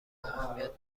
اهمیت